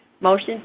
Motion